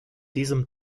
diesem